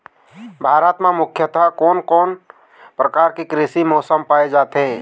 भारत म मुख्यतः कोन कौन प्रकार के कृषि मौसम पाए जाथे?